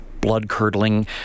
blood-curdling